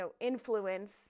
influence